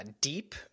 deep